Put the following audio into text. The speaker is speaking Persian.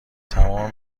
تمام